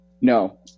No